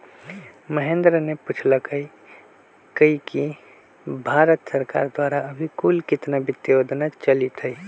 महेंद्र ने पूछल कई कि भारत सरकार द्वारा अभी कुल कितना वित्त योजना चलीत हई?